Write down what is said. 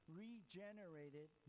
regenerated